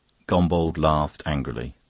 gombauld laughed angrily.